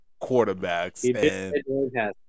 quarterbacks